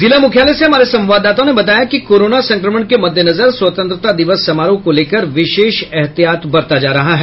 जिला मुख्यालय से हमारे संवाददाताओं ने बताया कि कोरोना संक्रमण के मद्देनजर स्वतंत्रता दिवस समारोह को लेकर विशेष एहतियात बरता जा रहा है